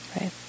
right